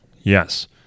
yes